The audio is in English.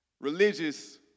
Religious